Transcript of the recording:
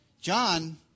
John